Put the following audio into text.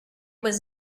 was